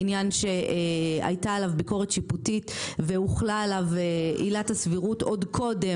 עניין שהייתה עליו ביקורת שיפוטית והוחלה עליו עילת הסבירות עוד קודם